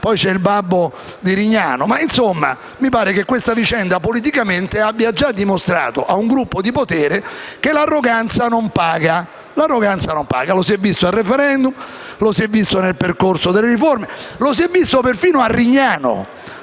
poi il babbo di Rignano. Insomma, mi pare che questa vicenda, politicamente, abbia già dimostrato al gruppo di potere che l'arroganza non paga. E lo si è visto al *referendum*; lo si è visto nel percorso delle riforme e lo si è visto persino a Rignano,